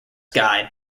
guide